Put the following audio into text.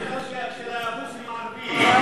בירה של המוסלמים הערבים.